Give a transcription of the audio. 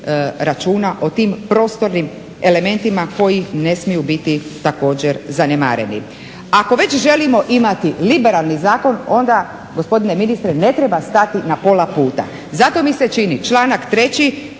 računa o tim prostornim elementima koji ne smiju biti zanemarivi. Ako već želimo imati liberalni zakon onda gospodine ministre ne treba stati na pola puta. Zato mi se čini članak 3.